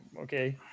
okay